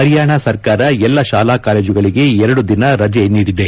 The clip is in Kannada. ಹರಿಯಾಣ ಸರ್ಕಾರ ಎಲ್ಲಾ ಶಾಲಾ ಕಾಲೇಜುಗಳಿಗೆ ಎರಡು ದಿನ ರಜೆ ನೀಡಿದೆ